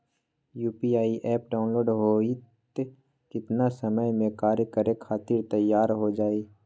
UPI app download होई त कितना समय मे कार्य करे खातीर तैयार हो जाई?